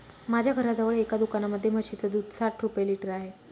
माझ्या घराजवळ एका दुकानामध्ये म्हशीचं दूध साठ रुपये लिटर आहे